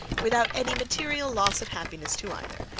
without any material loss of happiness to either,